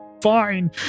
fine